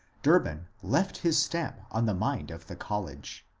durbin left his stamp on the mind of the college.